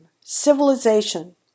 civilization